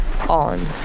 on